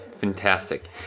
fantastic